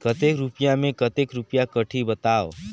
कतेक रुपिया मे कतेक रुपिया कटही बताव?